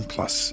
Plus